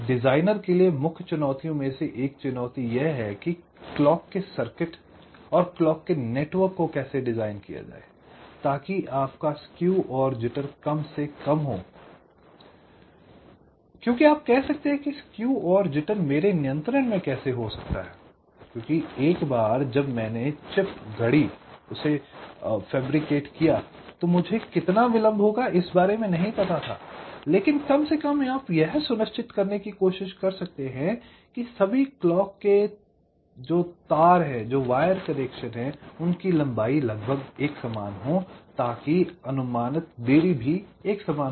designer के लिए मुख्य चुनौतियों में से एक चुनौती यह है कि क्लॉक के सर्किट और क्लॉक के नेटवर्क को कैसे डिजाइन किया जाए ताकि आपका स्केव और जिटर कम से कम हो क्योंकि आप कह सकते हैं कि स्केव और जिटर मेरे नियंत्रण में कैसे हो सकता है क्योंकि एक बार जब मैंने एक चिप गढ़ी तो मुझे कितना विलम्भ होगा इस बारे में नहीं पता था लेकिन कम से कम आप यह सुनिश्चित करने की कोशिश कर सकते हैं कि सभी क्लॉक के तार की लंबाई लगभग समान हो ताकि अनुमानित देरी समान हो